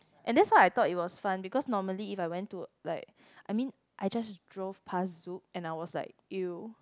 and that's why I thought it was fun because normally if I went to like I mean I just drove pass Zouk and I was like you